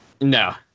No